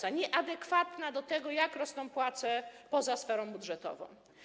Jest nieadekwatna do tego, jak rosną płace poza sferą budżetową.